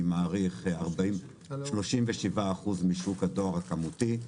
מעריך 37 אחוזים משוק הדואר הכמותי.